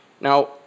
Now